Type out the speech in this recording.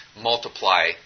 multiply